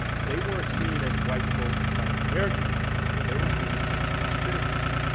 they weren't seen as white folks like american white people, they were seen as second-class citizens.